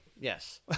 Yes